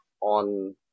on